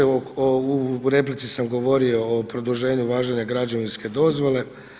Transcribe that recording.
U replici sam govorio o produženju važenja građevinske dozvole.